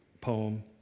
poem